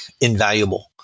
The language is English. invaluable